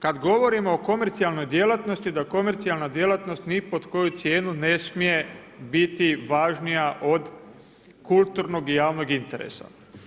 Kada govorimo o komercijalnoj djelatnosti, da komercijalna djelatnost ni pod koju cijenu ne smije biti važnija od kulturnog i javnog interesa.